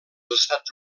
estats